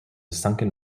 sunken